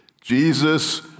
Jesus